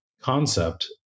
concept